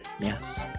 Yes